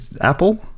apple